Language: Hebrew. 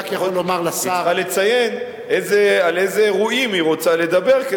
היא צריכה לציין על איזה אירועים היא רוצה לדבר,